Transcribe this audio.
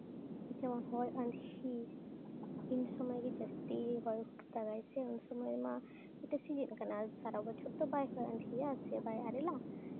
ᱡᱮᱢᱚᱱ ᱦᱚᱭ ᱟᱸᱫᱷᱤ ᱩᱱ ᱥᱚᱢᱚᱭ ᱜᱮ ᱡᱟᱹᱥᱛᱤ ᱦᱚᱭ ᱫᱟᱜᱟᱭ ᱥᱮ ᱩᱱ ᱥᱚᱢᱚᱭ ᱢᱟ ᱢᱤᱫᱴᱮᱱ ᱥᱤᱡᱤᱱ ᱠᱟᱱᱟ ᱥᱟᱨᱟ ᱵᱚᱪᱷᱚᱨ ᱛᱚ ᱵᱟᱭ ᱦᱚᱭ ᱟᱸᱫᱷᱤᱭᱟ ᱥᱮ ᱵᱟᱭ ᱟᱨᱮᱞᱟ